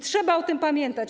Trzeba o tym pamiętać.